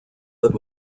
that